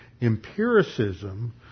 empiricism